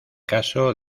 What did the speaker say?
caso